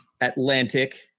Atlantic